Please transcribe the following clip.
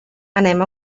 anem